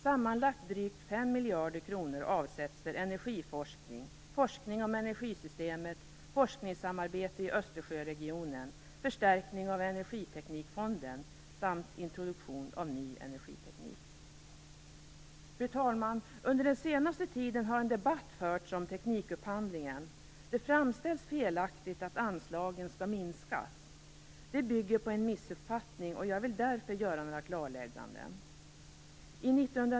Sammanlagt drygt 5 miljarder kronor avsätts för energiforskning, forskning om energisystemet, forskningssamarbete i Östersjöregionen, förstärkning av Fru talman! Under den senaste tiden har en debatt förts om teknikupphandlingen. Det framställs felaktigt att anslagen skall minskas. Detta bygger på en missuppfattning, och jag vill därför göra några klarlägganden.